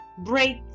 break